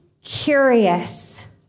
curious